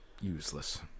useless